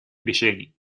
решений